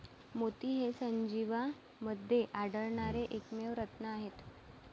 मोती हे सजीवांमध्ये आढळणारे एकमेव रत्न आहेत